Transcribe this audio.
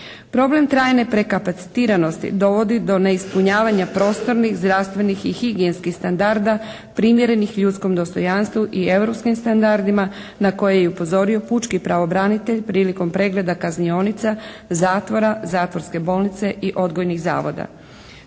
Problem trajne prekapacitiranosti dovodi do neispunjavanja prostornih, zdravstvenih i higijenskih standarda primjerenih ljudskom dostojanstvu i europskim standardima na koje je i upozorio pučki pravobranitelj prilikom pregleda kaznionica, zatvora, zatvorske bolnice i odgojnih zavoda.